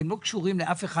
שאתם לא קשורים לאף אחד.